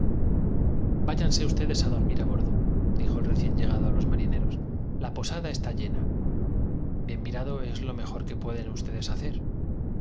van ustedes a comer a lo príncipe pescado a bordo dijo el recién llegado a los marineros la posada está fiena bien mirado es del rhin y no puede ponderarse más luego de haber confiado sus lo mejor que pueden ustedes hacer